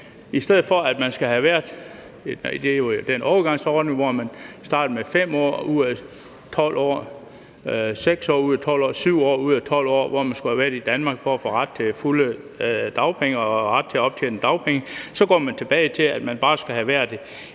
betyder jo så, at man i stedet for den overgangsordning, hvor det starter med 5 år ud af 12 år, så 6 år ud af 12 år og 7 år ud af 12 år, som man skal have været i Danmark for at få ret til fulde dagpenge og ret til at optjene dagpenge, så går tilbage til, at man bare skal have været 1